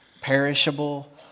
perishable